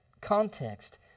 context